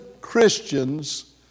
Christians